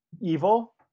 evil